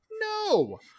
No